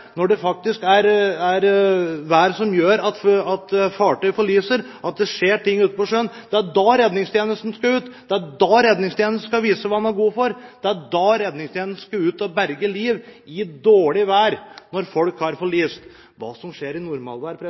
når det faktisk er vær som gjør at fartøy forliser, at det skjer ting ute på sjøen. Det er da redningstjenesten skal ut. Det er da redningstjenesten skal vise hva den er god for. Det er da redningstjenesten skal ut og berge liv – i dårlig vær når folk har forlist. Hva som skjer i